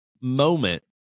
moment